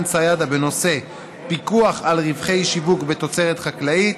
סידה בנושא פיקוח על רווחי שיווק בתוצרת חקלאית